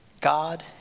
God